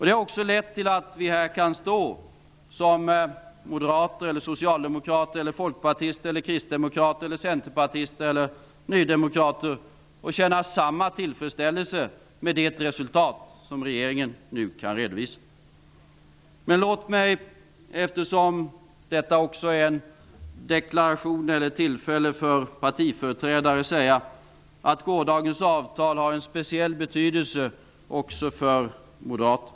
Det har också lett till att vi -- som moderater, socialdemokrater, folkpartister, kristdemokrater, centerpartister eller nydemokrater -- kan stå här och känna samma tillfredsställelse med det resultat som regeringen nu kan redovisa. Det här är också ett tillfälle för partiföreträdarna att göra en deklaration. Låt mig därför säga att gårdagens avtal har en speciell betydelse också för Moderaterna.